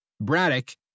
Braddock